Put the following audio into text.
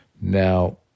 now